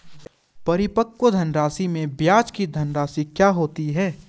परिपक्व धनराशि में ब्याज की धनराशि क्या होती है?